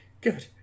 good